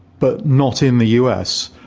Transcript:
but not in the us.